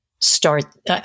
start